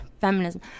feminism